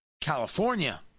California